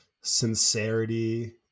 sincerity